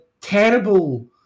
terrible